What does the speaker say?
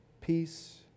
peace